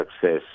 success